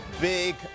big